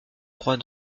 trois